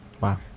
Wow